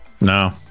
No